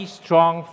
strong